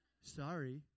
sorry